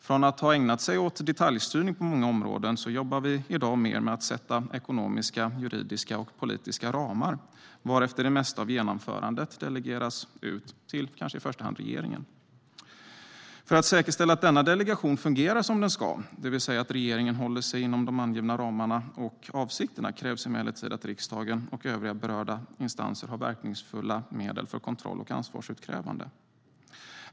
Från att ha ägnat sig åt detaljstyrning på många områden jobbar riksdagen i dag mer med att sätta ekonomiska, juridiska och politiska ramar, varefter det mesta av genomförandet delegeras ut till kanske i första hand regeringen. För att säkerställa att denna delegation fungerar som den ska, det vill säga att regeringen håller sig inom de angivna ramarna och avsikterna, krävs det emellertid att riksdagen och övriga berörda instanser har verkningsfulla medel för kontroll och ansvarsutkrävande.